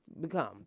become